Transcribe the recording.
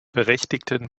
berechtigten